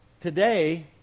today